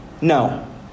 No